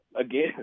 again